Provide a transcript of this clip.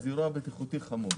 לכתוב "אירוע בטיחותי חמור".